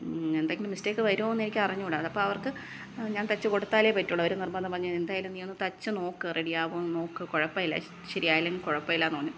എന്തെങ്കിലും മിസ്റ്റേക്ക് വരുമോന്ന് എനിക്കറിഞ്ഞൂടാ അതപ്പോൾ അവർക്ക് ഞാൻ തയ്ച്ച് കൊടുത്താലേ പറ്റുള്ളു അവർ നിർബന്ധം പറഞ്ഞ് എന്തായാലും നീ ഒന്ന് തയ്ച്ച് നോക്ക് റെഡിയാകോന്ന് നോക്ക് കുഴപ്പമില്ല ശരിയായില്ലെങ്കിലും കുഴപ്പമില്ലാന്ന് പറഞ്ഞ്